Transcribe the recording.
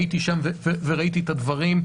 הייתי שם וראיתי את הדברים.